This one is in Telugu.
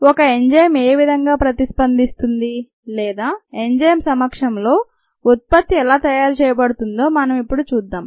ఒక ఎంజైమ్ ఏవిధంగా ప్రతిస్పందిస్తుంది లేదా ఎంజైమ్ సమక్షంలో ఉత్పత్తి ఎలా తయారు చేయబడుతుందో మనం ఇప్పుడు చూద్దాం